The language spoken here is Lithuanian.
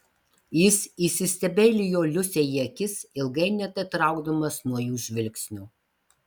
jis įsistebeilijo liusei į akis ilgai neatitraukdamas nuo jų žvilgsnio